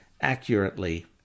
accurately